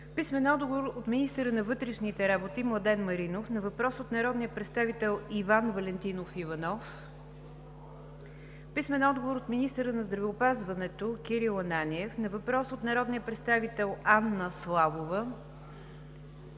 Писмени отговори от: - министъра на вътрешните работи Младен Маринов на въпрос от народния представител Иван Валентинов Иванов; - министъра на здравеопазването Кирил Ананиев на въпрос от народния представител Анна Славова;